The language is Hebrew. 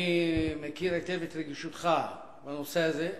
אני מכיר היטב את רגישותך בנושא הזה.